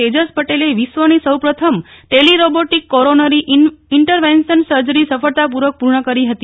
તેજસ પટેલ વિશ્વની સૌ પ્રથમ ટેલીબોટીક કોરોનરી ઈન્ટરવેન્શન સર્જરી સફળતાપૂર્વક પૂર્ણ કરી હતી